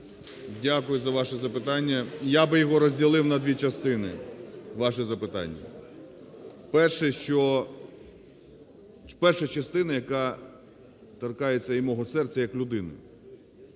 Дякую за ваше запитання. Я би його розділив на дві частини ваше запитання. Перша частина, яка торкається і мого серця як людини.